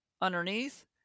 underneath